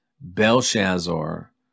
Belshazzar